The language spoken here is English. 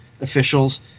officials